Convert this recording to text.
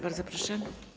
Bardzo proszę.